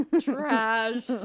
trash